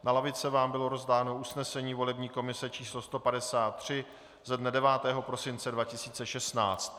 Na lavice vám bylo rozdáno usnesení volební komise č. 153 ze dne 9. prosince 2016.